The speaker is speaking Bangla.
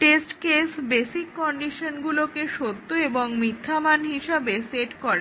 টেস্ট কেস বেসিক কন্ডিশনগুলোকে সত্য এবং মিথ্যা মান হিসাবে সেট করে